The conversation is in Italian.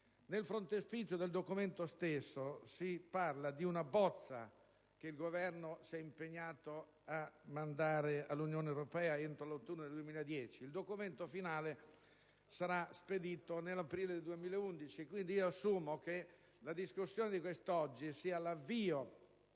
frontespizio del documento si fa riferimento ad una bozza che il Governo si è impegnato ad inviare all'Unione europea entro l'autunno 2010. Il documento finale sarà spedito nell'aprile 2011 e, quindi, io assumo che l'esame di quest'oggi sia l'avvio